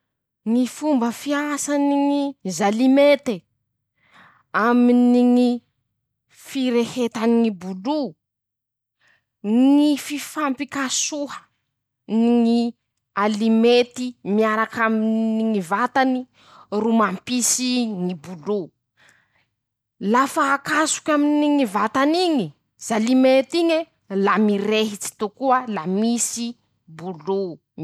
Ñy fomba fiasany ñy zalimete. aminy ñy firehetany ñy bolo: -ñy fifampikasoha ny ñy alimety miarakaminy ñy vatany ro mampisy ñy bolo ;lafa akasoky aminy ñy vatany iñy zalimet'iñe la mirehitsy tokoa la misy bolo.